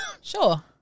Sure